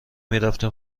میرفتیم